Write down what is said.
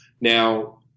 Now